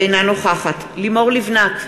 אינה נוכחת לימור לבנת,